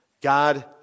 God